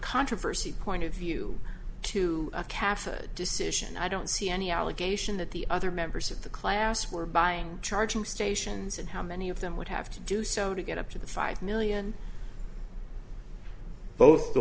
controversy point of view to a cafe decision i don't see any allegation that the other members of the class were buying charging stations and how many of them would have to do so to get up to the five million both the